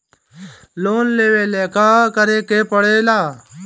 Loan लेबे ला का करे के पड़े ला?